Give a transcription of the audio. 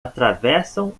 atravessam